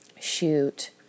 shoot